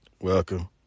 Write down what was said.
Welcome